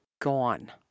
gone